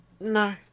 No